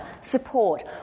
support